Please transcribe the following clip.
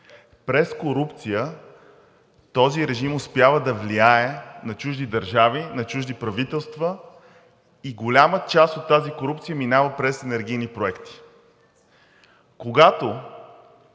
През корупция този режим успява да влияе на чужди държави, на чужди правителства и голяма част от тази корупция минава през енергийни проекти. Когато